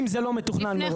אם זה לא מתוכנן מראש.